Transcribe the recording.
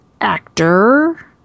actor